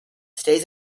stays